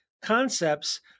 Concepts